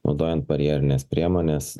naudojant barjerines priemones